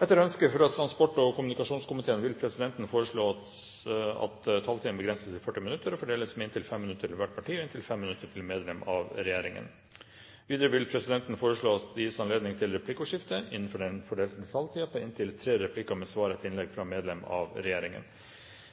Etter ønske fra transport- og kommunikasjonskomiteen vil presidenten foreslå at taletiden begrenses til 40 minutter og fordeles med inntil 5 minutter til hvert parti og inntil 5 minutter til medlem av regjeringen. Videre vil presidenten foreslå at det gis anledning til replikkordskifte på inntil tre replikker med svar etter innlegg fra medlem av regjeringen